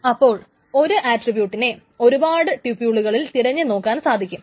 അപ്പോൾ ഒരു ആട്രിബ്യൂട്ടിനെ ഒരുപാട് ട്യൂപ്യൂളുകളിൽ തെരഞ്ഞു നോക്കാൻ സാധിക്കും